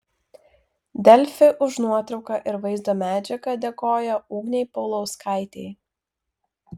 delfi už nuotrauką ir vaizdo medžiagą dėkoja ugnei paulauskaitei